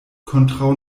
kontraŭ